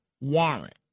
warrant